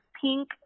pink